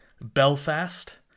Belfast